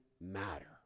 matter